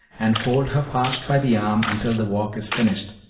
and hold her fast by the arm until the walk is finished.